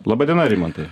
laba diena rimantai